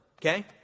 Okay